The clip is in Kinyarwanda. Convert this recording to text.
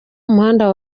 umuhanda